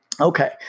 okay